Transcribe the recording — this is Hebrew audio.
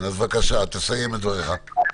בבקשה, תסיים את דבריך.